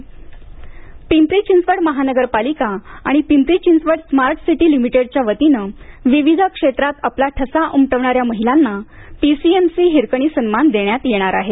हिरकणी पिंपरी चिंचवड महानगरपालिका आणि Pimpri Chinchwad smart city लिमिटेडच्या वतीनं विविध क्षेत्रात आपला ठसा उटविणाऱ्या महिलांना पीसीएमसी हिरकणी सन्मान देण्यात येणार आहेत